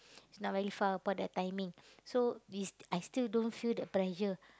it's not very far apart that timing so we st~ I still don't feel the pressure